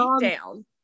down